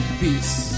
peace